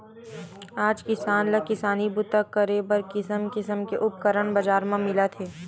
आज किसान ल किसानी बूता करे बर किसम किसम के उपकरन बजार म मिलत हे